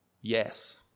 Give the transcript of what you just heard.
yes